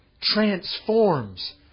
transforms